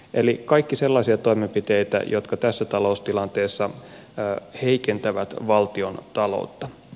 eli kaikki sellaisia toimenpiteitä jotka tässä taloustilanteessa heikentävät valtiontaloutta